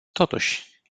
totuși